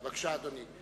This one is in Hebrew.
בבקשה, אדוני.